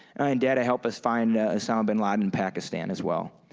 and data helped us find osama bin laden in pakistan as well.